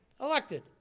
elected